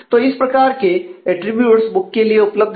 तो इस प्रकार के अटरीब्यूट्स बुक्स के लिए उपलब्ध हैं